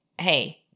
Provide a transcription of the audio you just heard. Hey